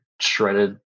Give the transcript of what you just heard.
shredded